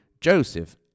Joseph